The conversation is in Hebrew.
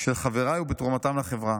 של חבריי ובתרומתם לחברה.